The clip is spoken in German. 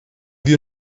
wir